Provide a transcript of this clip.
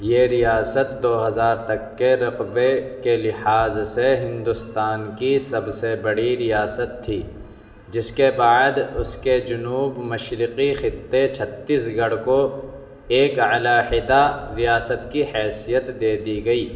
یہ ریاست دو ہزار تک رقبے کے لحاظ سے ہندوستان کی سب سے بڑی ریاست تھی جس کے بعد اس کے جنوب مشرقی خطے چھتیس گڑھ کو ایک علیحدہ ریاست کی حیثیت دے دی گئی